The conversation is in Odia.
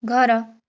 ଘର